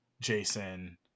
Jason